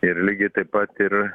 ir lygiai taip pat ir